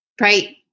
Right